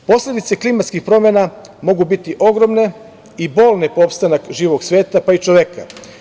Posledice klimatskih promena mogu biti ogromne i bolne po opstanak živog sveta, pa i čoveka.